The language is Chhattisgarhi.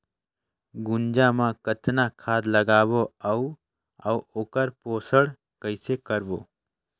गुनजा मा कतना खाद लगाबो अउ आऊ ओकर पोषण कइसे करबो?